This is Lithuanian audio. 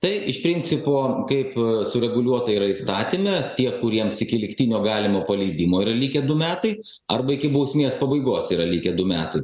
tai iš principo kaip sureguliuota yra įstatyme tie kuriems iki lygtinio galimo paleidimo yra likę du metai arba iki bausmės pabaigos yra likę du metus